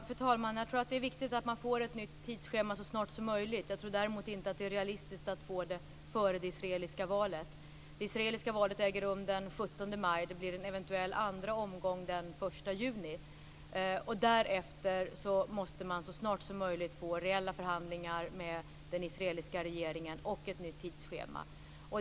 Fru talman! Det är viktigt att man får ett nytt tidsschema så snart som möjligt. Men det är nog inte realistiskt att tro att man kan få ett sådant före det israeliska valet som äger rum den 17 maj. Den 1 juni blir det eventuellt en andra omgång. Därefter måste man så snart som möjligt få i gång reella förhandlingar med den israeliska regeringen och ett nytt tidsschema.